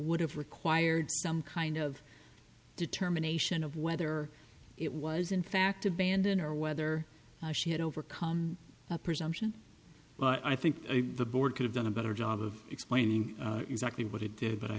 would have required some kind of determination of whether it was in fact abandoned or whether she had overcome that presumption but i think the board could have done a better job of explaining exactly what it did but i